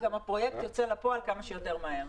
הפרויקט גם יוצא לפועל כמה שיותר מהר.